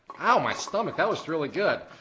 ow, my stomach, that was really good.